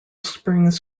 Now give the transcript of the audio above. springs